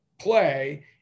play